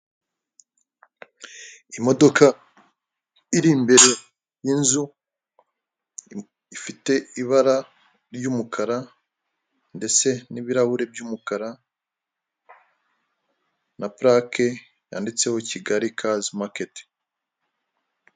Imodoka iri imbere y'inzu ifite ibara ry'umukara ndetse n'ibirahure by'umukara na purake yanditseho kigali kazi maketi.